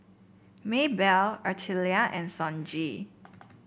Maebell Artelia and Sonji